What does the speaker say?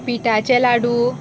पिठाचे लाडू